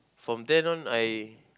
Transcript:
from then on I